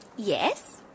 Yes